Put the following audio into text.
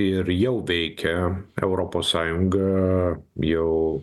ir jau veikia europos sąjunga jau